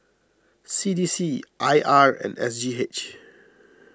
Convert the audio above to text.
C D C I R and S G H